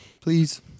Please